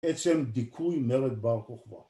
עצם דיכוי מלך מרד בר כוכבא